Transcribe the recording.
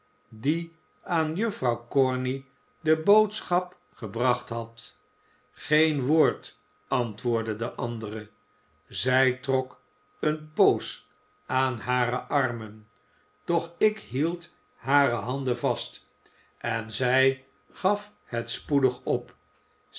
die aan juffrouw corney de boodschap gebracht had geen woord antwoordde de andere zij trok een poos aan hare armen doch ik hield hare handen vast en zij gaf het spoedig op